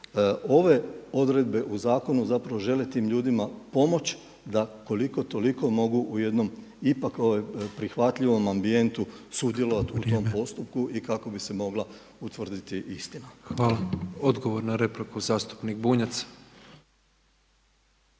Ove odredbe u zakonu žele tim ljudima pomoći da koliko toliko mogu u jednom ipak prihvatljivom ambijentu sudjelovati u tom postupku i kako bi se mogla utvrditi istina. **Petrov, Božo (MOST)** Hvala. Odgovor na repliku zastupnik Bunjac.